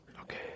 Okay